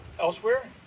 elsewhere